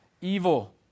evil